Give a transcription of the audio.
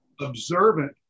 observant